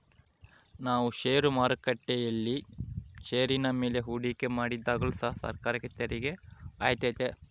ನಾವು ಷೇರು ಮಾರುಕಟ್ಟೆಯಲ್ಲಿ ಷೇರಿನ ಮೇಲೆ ಹೂಡಿಕೆ ಮಾಡಿದಾಗಲು ಸಹ ಸರ್ಕಾರಕ್ಕೆ ತೆರಿಗೆ ಆದಾಯ ಆತೆತೆ